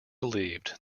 believed